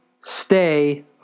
stay